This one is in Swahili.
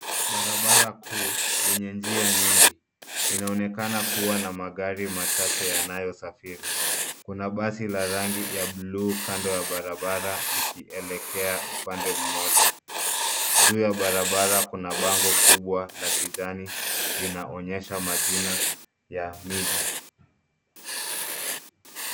Barabara kuu yenye njia nyingi. Inaonekana kuwa na magari machache yanayosafiri. Kuna basi la rangi ya bluu kando ya barabara likielekea upande mmoja. Juu ya barabara kuna bango kubwa la kijani linaonyesha majina ya miji.